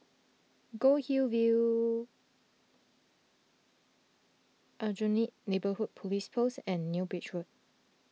Goldhill View Aljunied Neighbourhood Police Post and New Bridge Road